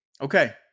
Okay